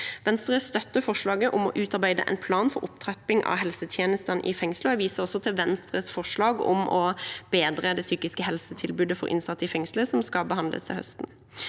Venstre støtter forslaget om å utarbeide en plan for opptrapping av helsetjenestene i fengslene, og jeg viser også til Venstres forslag om å bedre det psykiske helsetilbudet for innsatte i fengsler, som skal behandles til høsten.